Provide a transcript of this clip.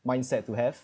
mindset to have